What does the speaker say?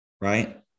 right